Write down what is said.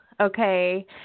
Okay